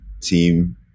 team